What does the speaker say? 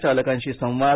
चालकांशी संवाद